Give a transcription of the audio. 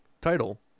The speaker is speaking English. title